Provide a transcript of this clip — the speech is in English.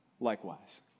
likewise